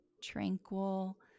tranquil